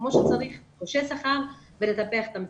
תלושי שכר ולטפח את המטפלות.